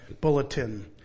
bulletin